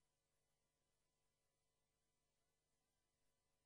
איש ואשה בממשלה הזאת לא גינתה את דבריו של שר